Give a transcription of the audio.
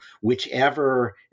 whichever